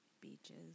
Beaches